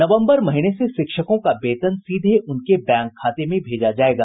नवम्बर महीने से शिक्षकों का वेतन सीधे उनके बैंक खाते में भेजा जायेगा